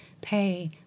pay